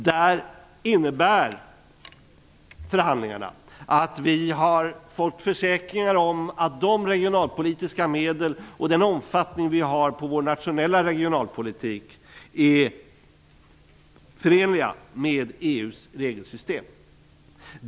Resultatet av förhandlingarna innebär att vi har fått försäkringar om att de regionalpolitiska medel och den omfattning vi har på vår nationella regionalpolitik är förenliga med EU:s regelsystem.